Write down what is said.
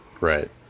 Right